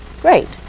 Great